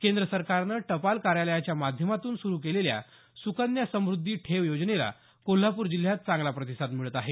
केंद्र सरकारनं टपाल कार्यालयाच्या माध्यमातून सुरु केलेल्या सुकन्या समृध्दी ठेव योजनेला कोल्हापूर जिल्ह्यात चांगला प्रतिसाद मिळत आहे